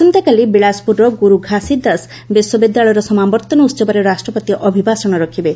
ଆସନ୍ତାକାଲି ବିଳାସପୁରର ଗୁରୁ ଘାସିଦାସ ବିଶ୍ୱବିଦ୍ୟାଳୟର ସମାବର୍ତ୍ତନ ଉତ୍ସବରେ ରାଷ୍ଟ୍ରପତି ଅଭିଭାଷଣ ରଖିବେ